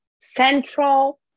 central